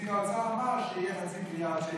שנציג האוצר אמר שיהיה חצי מיליארד שקל.